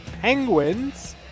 Penguins